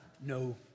no